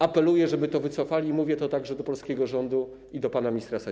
Apeluję, żeby to wycofali, i mówię to także do polskiego rządu i do pana ministra Sasina.